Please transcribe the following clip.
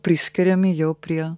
priskiriami jau prie